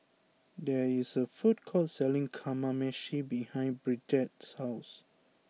there is a food court selling Kamameshi behind Bridgette's house